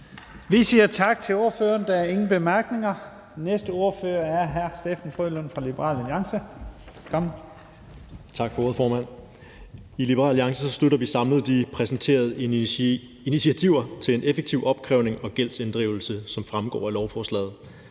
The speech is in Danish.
Vi siger tak til ordføreren. Der er ingen korte bemærkninger. Næste ordfører er hr. Steffen W. Frølund fra Liberal Alliance. Velkommen. Kl. 16:15 (Ordfører) Steffen W. Frølund (LA): Tak for ordet, formand. I Liberal Alliance støtter vi samlet de præsenterede initiativer til en effektiv opkrævning og gældsinddrivelse, som fremgår af lovforslaget.